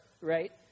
right